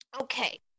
Okay